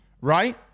right